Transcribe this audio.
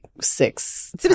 six